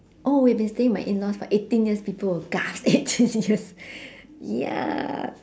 oh we have been staying with my in laws for eighteen years people will gasp eighteen years ya